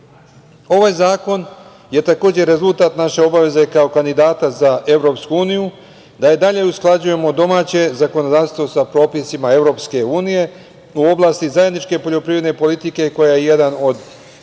zakon je takođe rezultat naše obaveze kao kandidata za EU, da i dalje usklađujemo domaće zakonodavstvo sa propisima EU u oblasti zajedničke poljoprivredne politike koja je jedan od